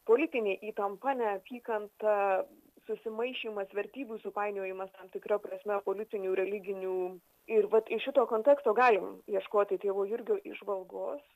politinė įtampa neapykanta susimaišymas vertybių supainiojimas tam tikra prasme politinių religinių ir vat iš šito konteksto galim ieškoti tėvo jurgio įžvalgos